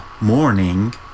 Morning